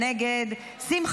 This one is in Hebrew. נגד, נגד.